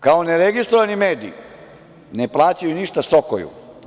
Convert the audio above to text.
Kao neregistrovani mediji ne plaćaju ništa Sokoju.